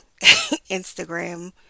Instagram